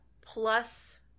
plus